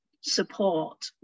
support